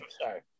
sorry